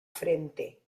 frente